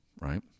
right